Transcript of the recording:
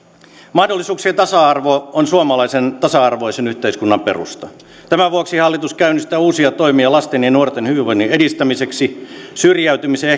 mahdollisuuksien tasa arvo on suomalaisen tasa arvoisen yhteiskunnan perusta tämän vuoksi hallitus käynnistää uusia toimia lasten ja nuorten hyvinvoinnin edistämiseksi syrjäytymisen